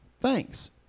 thanks